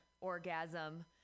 orgasm